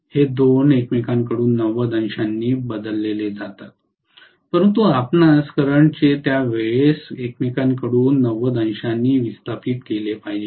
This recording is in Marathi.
हे २ एकमेकांकडून 90 अंशांनी बदलले जातात परंतु आपणास करंटचे त्या वेळेस एकमेकांकडून 90 अंशांनी विस्थापित केले पाहिजे